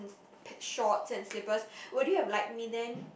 p~ shorts and slippers would you have liked me then